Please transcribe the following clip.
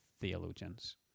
theologians